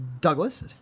Douglas